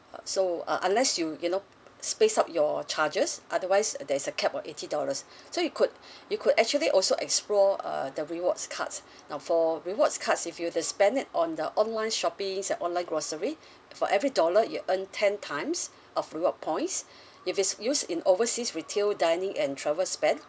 uh so uh unless you you know space out your charges otherwise there's a cap of eighty dollars so you could you could actually also explore uh the rewards cards now for rewards cards if you were to spend it on the online shoppings and online grocery for every dollar you earn ten times of reward points if it's used in overseas retail dining and travel spend